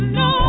no